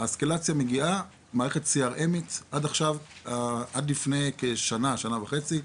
האסקלציה מגיעה --- מערכת CRMית. עד לפני כשנה-שנה וחצי,